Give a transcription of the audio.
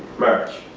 march.